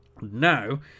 Now